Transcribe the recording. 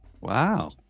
Wow